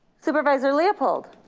supervisor leopold?